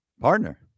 partner